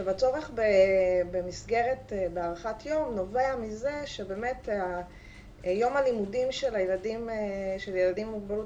הצורך במסגרת בהארכת יום נובע מזה שיום הלימודים של ילדים עם מוגבלות